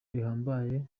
bihambaye